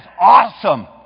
awesome